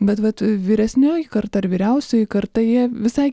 bet vat vyresnioji karta ar vyriausioji karta jie visai